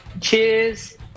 cheers